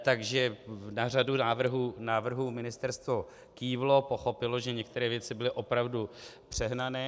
Takže na řadu návrhů ministerstvo kývlo, pochopilo, že některé věci byly opravdu přehnané.